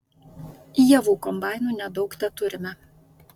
javų kombainų nedaug teturime